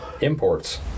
imports